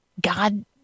God